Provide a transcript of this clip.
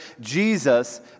Jesus